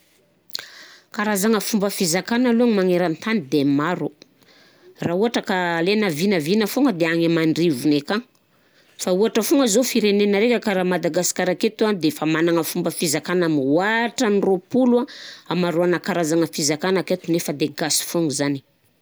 Karazagna fomba fizakana aloha magnerantany de maro, raha ôhatra ka alaina vinavina foagna de agny aman-drivony akagny, fa ôhatra foana zao firenegna raika karaha Madagasikara aketo an defa managna fomba fizakana mihoatra ny roapolo an, hamaroana karazagna fizakana aketo nefa de Gasy foana zany.